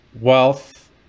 wealth